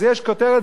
אז יש כותרת,